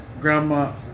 grandma